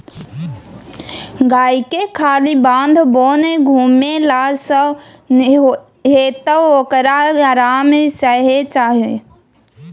गायके खाली बाध बोन घुमेले सँ नै हेतौ ओकरा आराम सेहो चाही